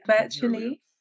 virtually